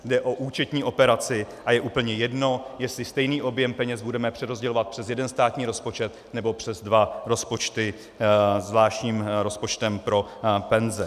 Jde o účetní operaci a je úplně jedno, jestli stejný objem peněz budeme přerozdělovat přes jeden státní rozpočet, nebo přes dva rozpočty zvláštním rozpočtem pro penze.